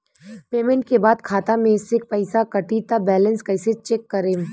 Payment के बाद खाता मे से पैसा कटी त बैलेंस कैसे चेक करेम?